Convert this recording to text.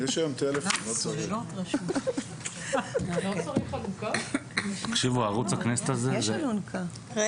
בהקשר להערה שלך על הסוללות, אני כן